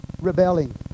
rebelling